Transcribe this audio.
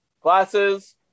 glasses